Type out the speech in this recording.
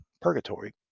purgatory